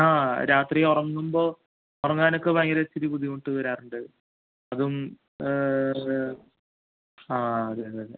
ആ രാത്രി ഉറങ്ങുമ്പോൾ ഉറങ്ങാനൊക്കെ ഭയങ്കര ഒരു ഇച്ചിരി ബുദ്ധിമുട്ട് വരാറുണ്ട് അതും ആ അത് തന്നെ